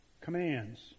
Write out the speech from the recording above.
commands